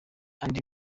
andi